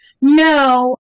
No